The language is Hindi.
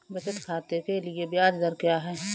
बचत खाते के लिए ब्याज दर क्या है?